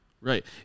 Right